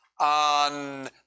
on